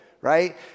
right